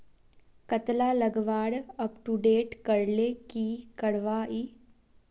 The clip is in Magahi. कतला लगवार अपटूडेट करले की करवा ई?